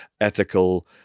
ethical